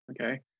Okay